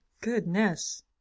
Goodness